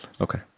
Okay